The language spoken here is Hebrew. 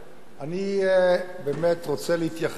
אני באמת רוצה להתייחס